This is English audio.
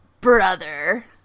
brother